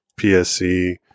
PSC